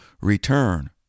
return